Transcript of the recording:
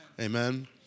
Amen